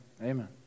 amen